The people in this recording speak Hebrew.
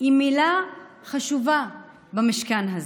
היא מילה חשובה במשכן הזה.